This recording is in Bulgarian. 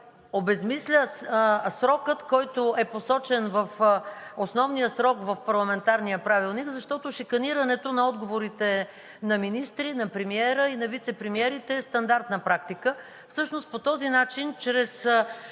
обезсмисля срока, който е посочен в основния срок в парламентарния правилник, защото шиканирането на отговорите на министри, на премиера и на вицепремиерите е стандартна практика. Всъщност по този начин, чрез